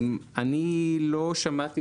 אני לא שמעתי,